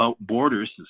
borders